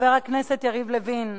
חבר הכנסת יריב לוין,